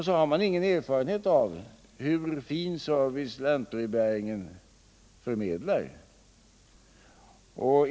Man har heller inte någon erfarenhet av hur fin service lantbrevbäringen förmedlar.